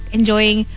Enjoying